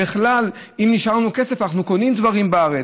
בכלל, אם נשאר לנו כסף, אנחנו קונים דברים בארץ.